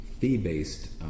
fee-based